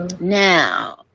Now